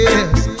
Yes